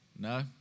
No